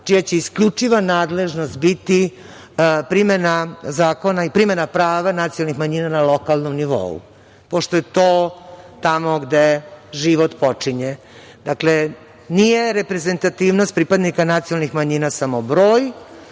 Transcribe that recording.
čija će isključiva nadležnost biti primena prava nacionalnih manjina na lokalnom nivou, pošto je to tamo gde život počinje. Dakle, nije reprezentativnost pripadnika nacionalnih manjina samo broj,